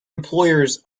employers